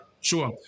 Sure